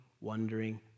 wondering